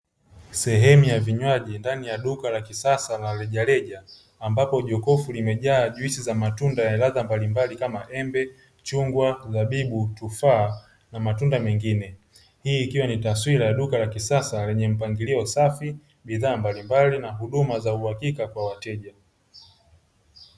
Sehemu ya vinywaji ndani ya duka la kisasa la rejareja; ambapo jokofu limejaa juisi za matunda ya ladha mbalimbali kama: embe, chungwa, zabibu, tufaa na matunda mengine. Hii ikiwa ni taswira ya duka la kisasa lenye mpangilio safi, bidhaa mbalimbali na huduma za uhakika kwa wateja.